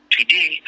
Today